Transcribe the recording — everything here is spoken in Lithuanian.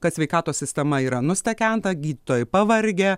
kad sveikatos sistema yra nustekenta gydytojai pavargę